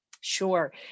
Sure